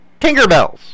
tinkerbells